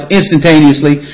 instantaneously